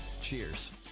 Cheers